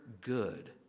good